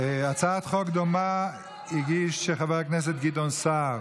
הצעת חוק דומה הגיש חבר הכנסת גדעון סער.